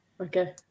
okay